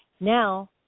Now